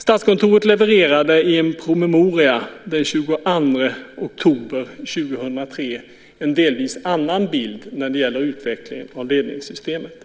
Statskontoret levererade i en promemoria den 22 oktober 2003 en delvis annan bild när det gäller utvecklingen av ledningssystemet.